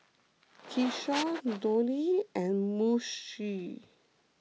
Kishore Dhoni and Mukesh